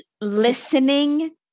listening